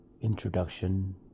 Introduction